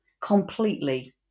completely